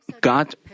God